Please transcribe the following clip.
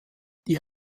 die